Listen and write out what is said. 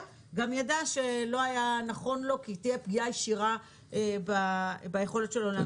גם יידע שלא היה נכון לו כי תהיה פגיעה ישירה ביכולת שלו להמשיך.